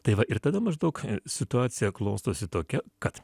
tai va ir tada maždaug situacija klostosi tokia kad